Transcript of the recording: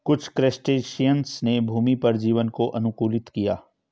कुछ क्रस्टेशियंस ने भूमि पर जीवन को अनुकूलित किया है